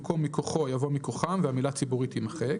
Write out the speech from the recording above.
במקום "מכוחו" יבוא "מכוחם" והמילה "ציבורית" תימחק,